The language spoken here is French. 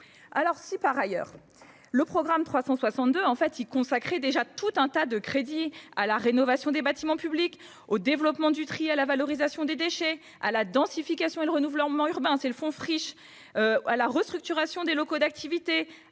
biodiversité »? Le programme 362 allouait déjà des crédits à la rénovation des bâtiments publics, au développement du tri et à la valorisation des déchets, à la densification et au renouvellement urbain- c'est le fond Friches -, à la restructuration des locaux d'activité,